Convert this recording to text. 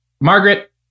Margaret